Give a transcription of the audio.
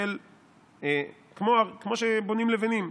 כמו שבונים לבנים,